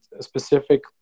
specific